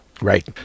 Right